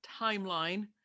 timeline